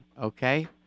Okay